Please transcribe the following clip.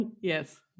Yes